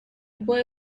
boy